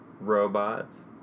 robots